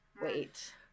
wait